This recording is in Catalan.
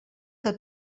que